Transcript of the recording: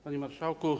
Panie Marszałku!